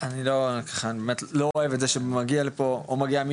לא באמת לא אוהב את זה שמגיע לפה או מגיעה לפה